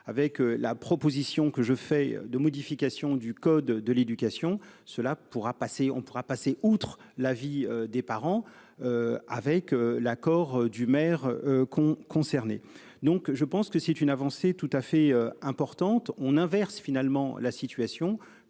avec la proposition que je fais de modification du code de l'éducation. Cela pourra passer on pourra passer outre l'avis des parents. Avec l'accord du maire qu'ont concerné donc je pense que c'est une avancée tout à fait importante, on inverse finalement la situation